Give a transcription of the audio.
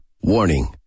Warning